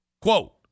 Quote